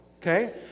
Okay